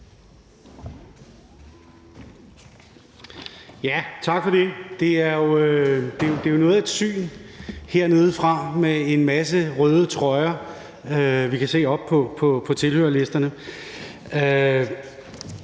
Tak for det. Det er jo noget af et syn hernedefra med en masse røde trøjer, som vi kan se oppe på tilhørerpladserne.